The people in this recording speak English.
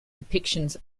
depictions